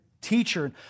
teacher